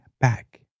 back